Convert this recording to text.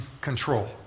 control